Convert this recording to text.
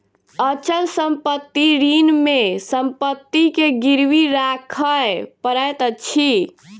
अचल संपत्ति ऋण मे संपत्ति के गिरवी राखअ पड़ैत अछि